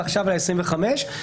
ועכשיו לכנסת העשרים וחמש.